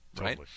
right